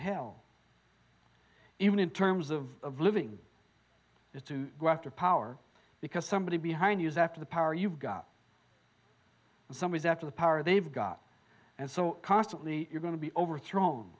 hell even in terms of living is to go after power because somebody behind you is after the power you've got in some ways after the power they've got and so constantly you're going to be overthrown